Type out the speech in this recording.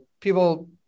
people